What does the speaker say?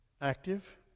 active